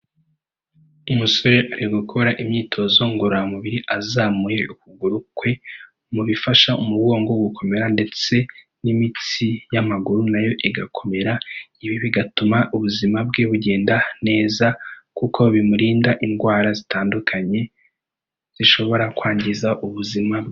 Umusore ari gukora imyitozo ngororamubiri azamuye ukuguru kwe mu bifasha umugongo gukomera ndetse n'imitsi y'amaguru na yo igakomera, ibi bigatuma ubuzima bwe bugenda neza kuko bimurinda indwara zitandukanye zishobora kwangiza ubuzima bwe.